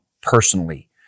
personally